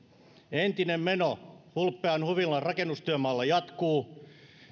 entinen meno hulppean huvilan rakennustyömaalla jatkuu